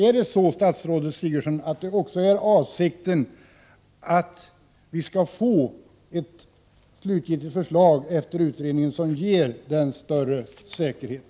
Är det så, statsrådet Sigurdsen, att det också är avsikten att vi efter utredningen skall få ett slutligt förslag som innebär större säkerhet?